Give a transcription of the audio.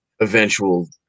eventual